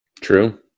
True